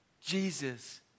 Jesus